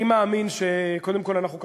אני מאמין שקודם כול אנחנו,